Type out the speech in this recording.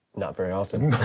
not very often.